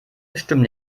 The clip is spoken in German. bestimmt